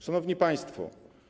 Szanowni Państwo!